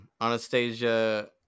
Anastasia